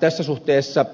tässä suhteessa